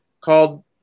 called